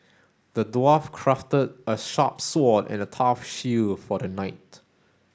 the dwarf crafted a sharp sword and a tough shield for the knight